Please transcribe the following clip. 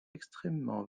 extrêmement